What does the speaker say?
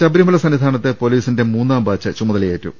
ശബരിമല സന്നിധാനത്ത് പൊലീസിന്റെ മൂന്നാം ബാച്ച് ചുമത ലയേറ്റു